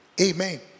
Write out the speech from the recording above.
Amen